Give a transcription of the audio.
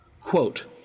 Quote